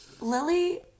Lily